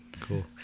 Cool